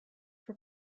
were